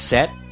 Set